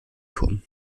turm